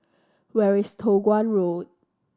where is Toh Guan Road